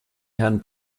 herrn